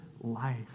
life